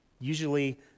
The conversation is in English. usually